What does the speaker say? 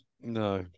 No